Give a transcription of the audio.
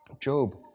Job